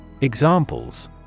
Examples